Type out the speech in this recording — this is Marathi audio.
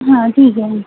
हा ठीक आहे